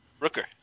Rooker